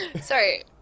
Sorry